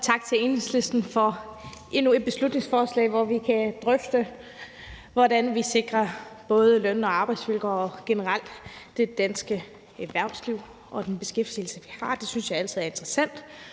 tak til Enhedslisten for endnu et beslutningsforslag, hvor vi kan drøfte, hvordan vi sikrer både løn- og arbejdsvilkår og generelt det danske erhvervsliv og den beskæftigelse, vi har. Det synes jeg altid er interessant,